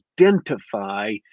identify